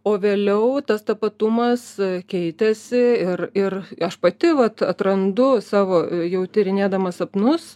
o vėliau tas tapatumas keitėsi ir ir aš pati vat atrandu savo jau tyrinėdama sapnus